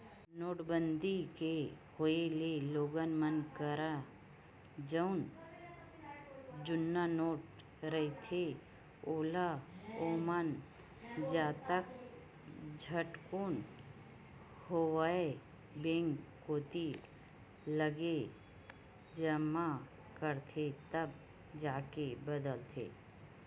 नोटबंदी के होय ले लोगन मन करन जउन जुन्ना नोट रहिथे ओला ओमन जतका झटकुन होवय बेंक कोती लाके जमा करथे तब जाके बदलाथे